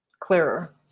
clearer